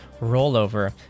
rollover